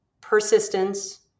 persistence